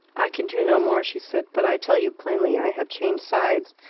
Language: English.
i can do no more, she said. but i tell you plainly i have changed sides.